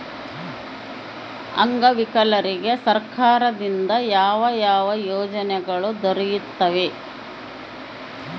ಅಂಗವಿಕಲರಿಗೆ ಸರ್ಕಾರದಿಂದ ಯಾವ ಯಾವ ಯೋಜನೆಗಳು ದೊರೆಯುತ್ತವೆ?